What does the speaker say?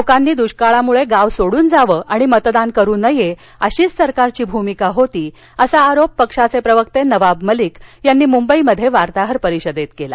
लोकानी दुष्काळामुळे गाव सोडून जावं आणि मतदान करू नये अशीच सरकारची भूमिका होती असा आरोप पक्षाचे प्रवक्ते नबाब मलिक यांनी मुंबईत वार्ताहर परिषदेत केला